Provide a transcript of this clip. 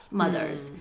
mothers